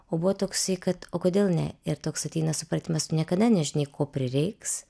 o buvo toksai kad o kodėl ne ir toks ateina supratimas tu niekada nežinai ko prireiks